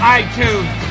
itunes